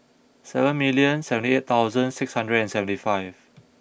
seven million seventy eight thousand six hundred and seventy five